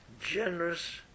Generous